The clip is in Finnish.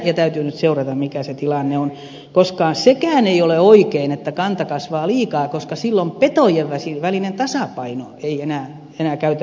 täytyy nyt seurata mikä se tilanne on koska sekään ei ole oikein että kanta kasvaa liikaa koska silloin petojen välinen tasapaino ei enää käytännössä toimi